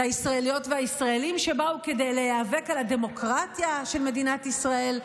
לישראליות והישראלים שבאו כדי להיאבק על הדמוקרטיה של מדינת ישראל,